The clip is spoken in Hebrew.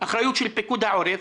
אחריות של פיקוד העורף.